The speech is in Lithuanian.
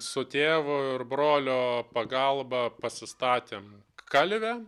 su tėvo ir brolio pagalba pasistatėm kalvę